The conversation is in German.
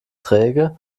träge